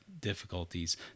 difficulties